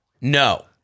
No